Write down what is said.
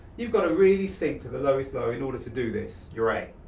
you've gotta really sink to the lowest low in order to do this. you're right.